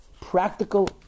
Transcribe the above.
practical